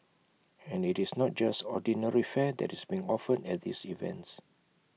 and IT is not just ordinary fare that is being offered at these events